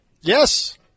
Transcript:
Yes